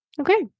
Okay